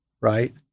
right